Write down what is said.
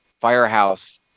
firehouse